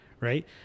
right